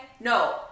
No